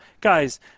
guys